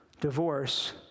Divorce